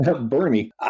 Bernie